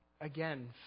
again